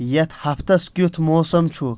یتھ ہفتس کِیُتھ موسم چھُ